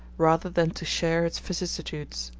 rather than to share its vicissitudes.